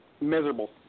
Miserable